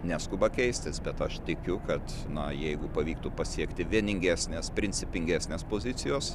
neskuba keistis bet aš tikiu kad na jeigu pavyktų pasiekti vieningesnės principingesnės pozicijos